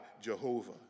Jehovah